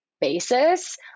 basis